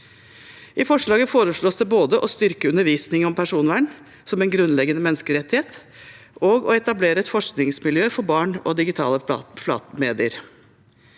I forslaget foreslås det både å styrke undervisning om personvern som en grunnleggende menneskerettighet og å etablere et forskningsmiljø for barn og digitale medier.